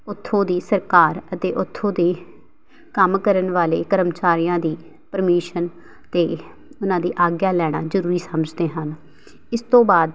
ਉੱਥੋਂ ਦੀ ਸਰਕਾਰ ਅਤੇ ਉੱਥੋਂ ਦੇ ਕੰਮ ਕਰਨ ਵਾਲੇ ਕਰਮਚਾਰੀਆਂ ਦੀ ਪਰਮੀਸ਼ਨ ਅਤੇ ਉਹਨਾਂ ਦੀ ਆਗਿਆ ਲੈਣਾ ਜ਼ਰੂਰੀ ਸਮਝਦੇ ਹਨ ਇਸ ਤੋਂ ਬਾਅਦ